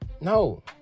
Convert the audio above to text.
No